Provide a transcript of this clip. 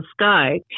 sky